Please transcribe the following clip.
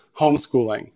homeschooling